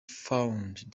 found